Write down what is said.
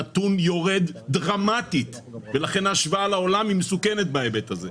הנתון יורד דרמטית ולכן ההשוואה לעולם היא מסוכנת בהיבט הזה,